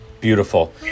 Beautiful